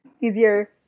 easier